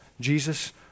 Jesus